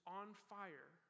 on-fire